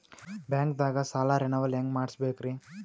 ಬ್ಯಾಂಕ್ದಾಗ ಸಾಲ ರೇನೆವಲ್ ಹೆಂಗ್ ಮಾಡ್ಸಬೇಕರಿ?